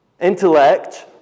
intellect